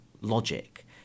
logic